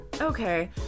Okay